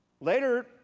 Later